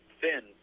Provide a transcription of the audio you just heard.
Thin